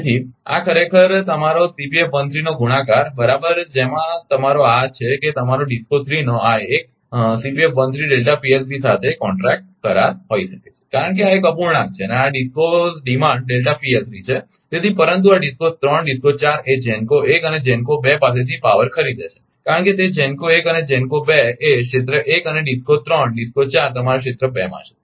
તેથી આ ખરેખર તમારો નો ગુણાકાર બરાબર જેમાં તમારો આ છે કે તમારો DISCO 3 નો આ 1 સાથે કરાર હોઈ શકે છે કારણ કે આ એક અપૂર્ણાંક છે અને આ DISCOs ડીમાન્ડ છે તેથી પરંતુ આ DISCO 3 DISCO 4 એ GENCO 1 અને GENCO 2 પાસે થી પાવર ખરીદે છે કારણ કે તે GENCO 1 અને GENCO 2 એ ક્ષેત્ર 1 અને DISCO 3 DISCO 4 તમારા ક્ષેત્ર 2 માં છે